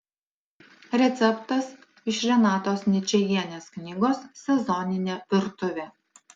receptas iš renatos ničajienės knygos sezoninė virtuvė